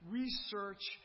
research